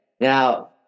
Now